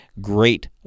great